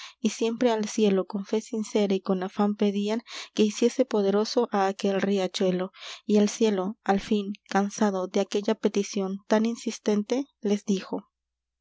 y siempre al cielo con fe sincera y con afán pedían que hiciese poderoso á aquel riachuelo y el cielo al fin cansado de aquella petición tan insistente les dijo